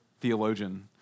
theologian